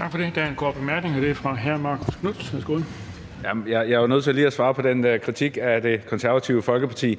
er fra hr. Marcus Knuth. Værsgo. Kl. 14:46 Marcus Knuth (KF): Jeg er jo nødt til lige at svare på den kritik af Det Konservative Folkeparti,